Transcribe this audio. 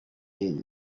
iyi